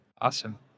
Awesome